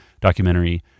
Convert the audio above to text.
documentary